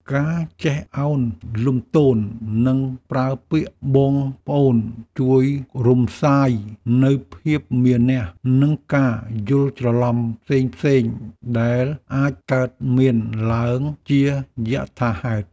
ការចេះឱនលំទោននិងប្រើពាក្យបងប្អូនជួយរំលាយនូវភាពមានះ និងការយល់ច្រឡំផ្សេងៗដែលអាចកើតមានឡើងជាយថាហេតុ។